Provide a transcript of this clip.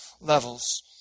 levels